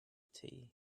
tea